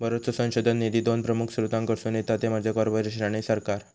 बरोचसो संशोधन निधी दोन प्रमुख स्त्रोतांकडसून येता ते म्हणजे कॉर्पोरेशन आणि सरकार